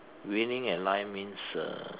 winning at life means uh